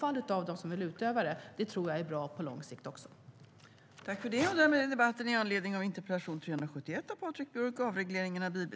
Att vi sedan har en mångfald bland dem som utför besiktningar tror jag är bra på lång sikt också.